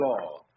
law